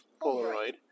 Polaroid